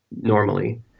normally